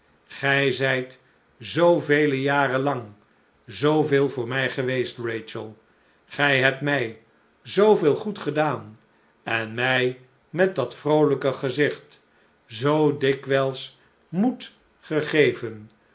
gij zijt zoovele jaren lang zooveel voor mij geweest rachel gij hebt mij zooveel goed gedaari en my met dat vroolijke gezicht zoo dikwijls moed gegeslechte